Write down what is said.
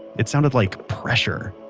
it sounded like pressure.